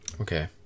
Okay